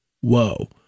whoa